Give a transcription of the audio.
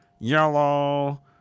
yellow